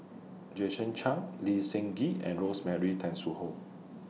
Jason Chan Lee Seng Gee and Rosemary Tessensohn